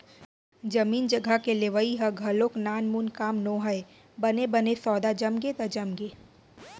जमीन जघा के लेवई ह घलोक नानमून काम नोहय बने बने सौदा जमगे त जमगे